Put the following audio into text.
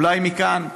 אולי מכאן,